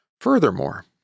Furthermore